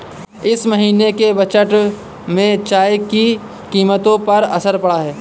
इस महीने के बजट में चाय की कीमतों पर असर पड़ा है